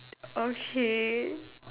okay